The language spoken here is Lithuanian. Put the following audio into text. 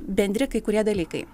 bendri kai kurie dalykai